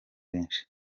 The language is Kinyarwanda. benshi